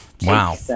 Wow